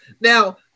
Now